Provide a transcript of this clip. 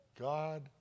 God